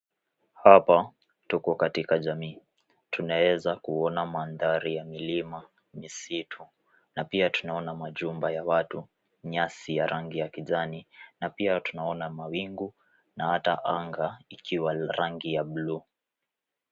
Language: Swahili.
Hapa tuko katika jamii, tunaweza kuona mandhari ya milima, misitu na pia tunaona majumba ya watu, nyasi ya rangi ya kijani na pia tunaona mawingu na hata anga ikiwa la rangi ya bluu.